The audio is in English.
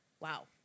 Wow